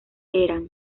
eran